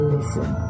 listen